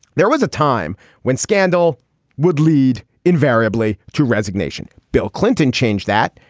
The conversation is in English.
there was a time when scandal would lead invariably to resignation. bill clinton changed that.